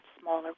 smaller